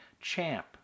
champ